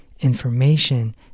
information